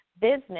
business